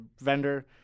vendor